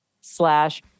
slash